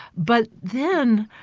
but then,